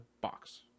box